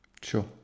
Sure